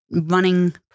Running